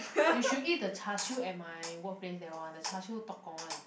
you should eat the char-siew at my workplace that one the char-siew tok-gong one